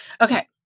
Okay